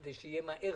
כדי שהתקציב יהיה מהר